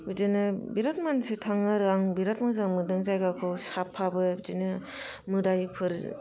बिदिनो बिराद मानसि थाङो आरो आं बिराद मोजां मोनदों जाइगाखौ साफाबो बिदिनो मोदाइफोर